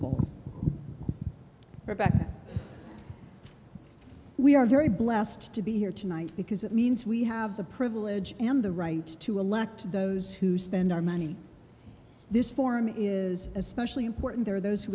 we are very blessed to be here tonight because it means we have the privilege and the right to elect those who spend our money this forum is especially important there are those who